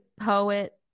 Poet